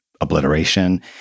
obliteration